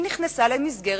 היא נכנסה למסגרת,